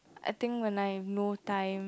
I think when I no time